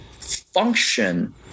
function